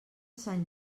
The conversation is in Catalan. sant